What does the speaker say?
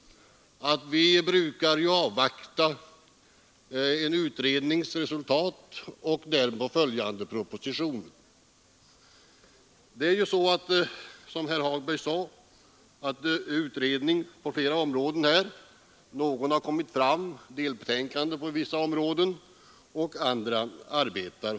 Vi brukar ju avvakta en utrednings resultat och den därpå följande propositionen. Som herr Hagberg sade pågår utredningar på flera områden. Någon av dessa har framlämnat delbetänkanden, medan andra alltjämt arbetar.